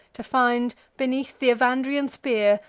to find, beneath th' evandrian spear,